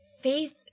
Faith